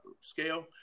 scale